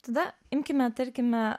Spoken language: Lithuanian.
tada imkime tarkime